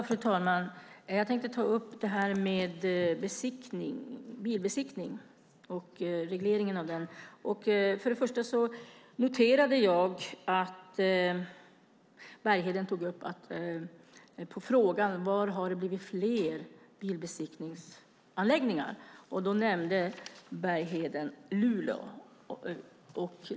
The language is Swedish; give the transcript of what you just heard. Fru talman! Jag tänkte ta upp frågan om bilbesiktningen och regleringen av den. Först och främst noterade jag att på frågan var det har blivit fler bilbesiktningsanläggningar nämnde Bergheden Luleå.